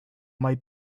might